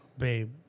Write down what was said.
Babe